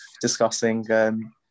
discussing